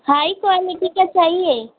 high quality का चाहिए